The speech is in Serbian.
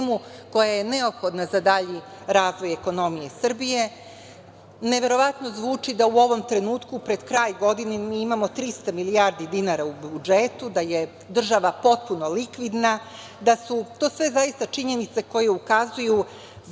koja je neophodna za dalji razvoj ekonomije Srbije. Neverovatno zvuči da u ovom trenutku, pred kraj godine, mi imamo 300 milijardi dinara u budžetu, da je država potpuno likvidna i da su to sve zaista činjenice koje ukazuju